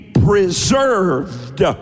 preserved